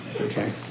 Okay